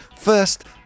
First